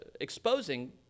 exposing